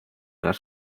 las